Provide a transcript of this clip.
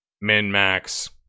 min-max